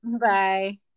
Bye